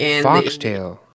Foxtail